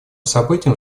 событием